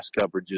coverages